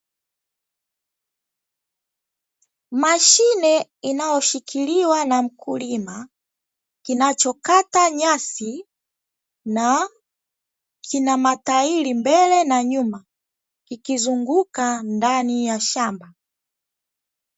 Mashine inayoshikiliwa na mkulima, kinachokata nyasi na kina matairi mbele na nyuma ikizunguka ndani ya shamba.